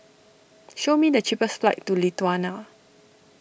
show me the cheapest flights to Lithuania